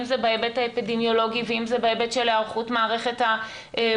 אם זה בהיבט האפידמיולוגי; ואם זה בהיבט של היערכות מערכת הבריאות,